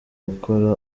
gukora